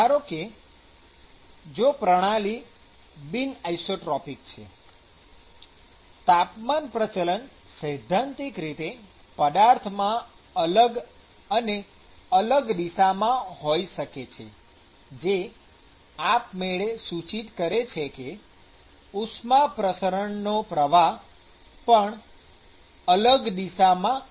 ધારો કે જો પ્રણાલી બિન આઇસોત્રોપિક છે તાપમાન પ્રચલન સૈદ્ધાંતિક રીતે પદાર્થમાં અલગ અને અલગ દિશામાં હોય શકે છે જે આપમેળે સૂચિત કરે છે કે ઉષ્મા પ્રસરણ નો પ્રવાહ પણ અલગ દિશામાં અલગ હોય શકે છે